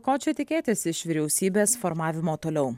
ko čia tikėtis iš vyriausybės formavimo toliau